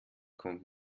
kommt